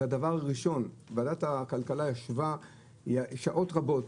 ועדת הכלכלה ישבה שעות רבות.